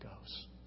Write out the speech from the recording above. goes